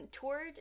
toured